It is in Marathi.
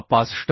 हा 65